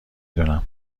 دونم